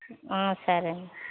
ఆ సరే